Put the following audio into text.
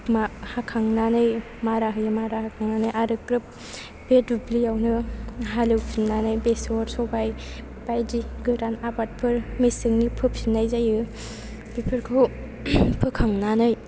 हाखांनानै मारा होयो मारा होखांनानै आरो ग्रोब बे दुब्लिआवनो हालेवफिननानै बेसर सबाइ बायदि गोदान आबादफोर मेसेंनि फोफिननाय जायो बेफोरखौ फोखांनानै